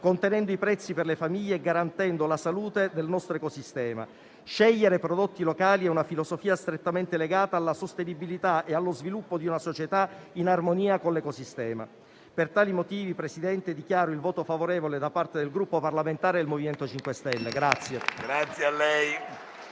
contenendo i prezzi per le famiglie e garantendo la salute del nostro ecosistema. Scegliere prodotti locali è una filosofia strettamente legata alla sostenibilità e allo sviluppo di una società in armonia con l'ecosistema. Per tali motivi, Presidente, dichiaro il voto favorevole da parte del Gruppo parlamentare MoVimento 5 Stelle.